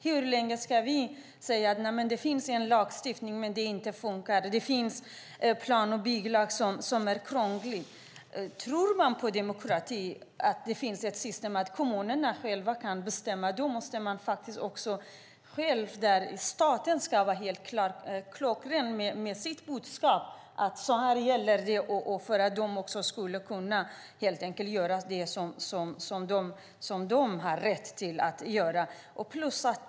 Hur länge ska vi säga att det finns en lagstiftning som inte funkar, att det finns en krånglig plan och bygglag? Om man tror på demokrati, att kommunerna själva kan bestämma, måste staten vara klockren i budskapet om vad som gäller så att kommunerna kan göra vad de har rätt till.